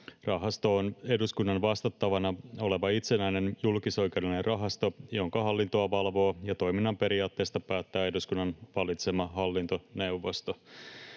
Rahasto on eduskunnan vastattavana oleva itsenäinen julkisoikeudellinen rahasto, jonka hallintoa valvoo ja toiminnan periaatteista päättää eduskunnan valitsema hallintoneuvosto.